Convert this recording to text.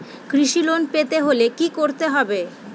কৃষি লোন পেতে হলে কি করতে হবে?